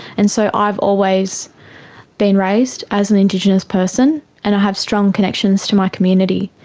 and so i've always been raised as an indigenous person and i have strong connections to my community.